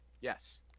Yes